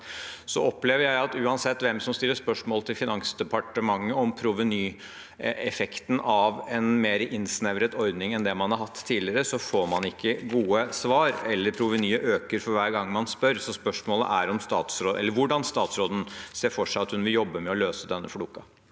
Jeg opplever at uansett hvem som stiller spørsmål til Finansdepartementet om provenyeffekten av en mer innsnevret ordning enn det man har hatt tidligere, får man ikke gode svar, eller at provenyet øker for hver gang man spør. Så spørsmålet er: Hvordan ser statsråden for seg at hun vil jobbe med å løse denne floken?